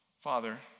Father